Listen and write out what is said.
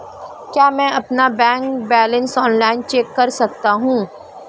क्या मैं अपना बैंक बैलेंस ऑनलाइन चेक कर सकता हूँ?